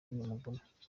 mugume